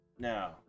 Now